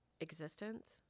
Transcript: existence